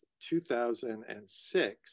2006